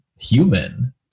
human